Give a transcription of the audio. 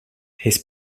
his